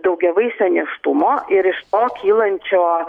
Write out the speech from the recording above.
daugiavaisio nėštumo ir iš to kylančio